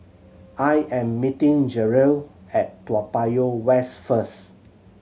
I am meeting Jerrell at Toa Payoh West first